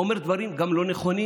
הוא אומר דברים גם לא נכונים.